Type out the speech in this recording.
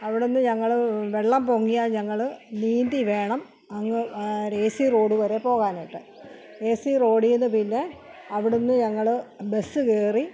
അവിടെ നിന്ന് ഞങ്ങൾ വെള്ളം പൊങ്ങിയാൽ ഞങ്ങൾ നീന്തി വേണം അങ്ങ് ഏ സി റോഡ് വരെ പോകാനായിട്ട് ഏ സീ റോഡിൽ നിന്ന് പിന്നെ അവിടെ നിന്ന് ഞങ്ങൾ ബസ്സിൽ കയറി